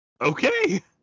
okay